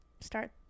start